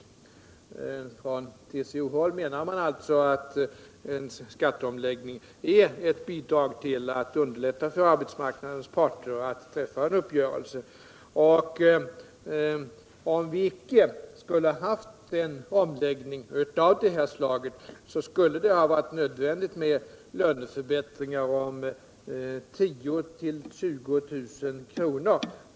Från TCO-håll menar man alltså att en skatteomläggning är ett bidrag till att underlätta för arbetsmarknadens parter att träffa en uppgörelse. Om vi icke skulle göra en omläggning av det här slaget skulle det ha blivit nödvändigt med löneförbättringar på 10 000-20 000 kr.